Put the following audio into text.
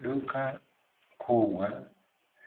Duka kubwa